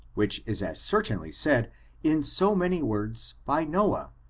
which is as cer tainly said in so many words, by noah,